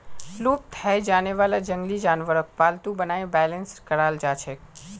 लुप्त हैं जाने वाला जंगली जानवरक पालतू बनाए बेलेंस कराल जाछेक